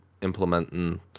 implementing